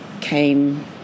came